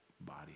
body